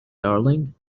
darling